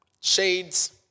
shades